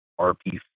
RP